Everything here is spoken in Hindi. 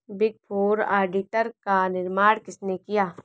बिग फोर ऑडिटर का निर्माण किसने किया?